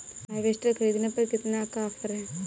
Harvester ख़रीदने पर कितनी का ऑफर है?